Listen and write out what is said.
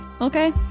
Okay